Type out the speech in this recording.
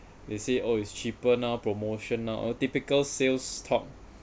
they say oh it's cheaper now promotion now oh typical sales talk